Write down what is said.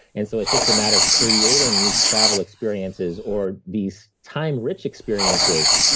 and so it's just a matter of creating these travel experiences, or these time-rich experiences